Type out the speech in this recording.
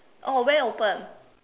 oh when open